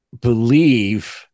believe